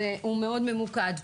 הוא מאוד ממוקד.